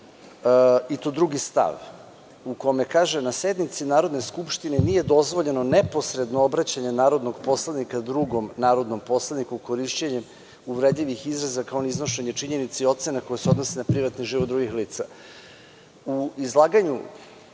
i to drugi stav – na sednici Narodne skupštine nije dozvoljeno neposredno obraćanje narodnog poslanika drugom narodnom poslaniku korišćenjem uvredljivih izraza, kao ni iznošenje činjenica i ocena koje se odnose na privatni život drugih